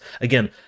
Again